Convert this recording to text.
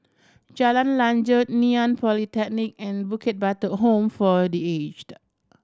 Jalan Lanjut Ngee Ann Polytechnic and Bukit Batok Home for The Aged